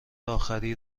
آخری